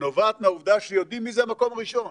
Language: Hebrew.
נובעת מהעובדה שיודעים מי זה המקום הראשון.